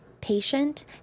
patient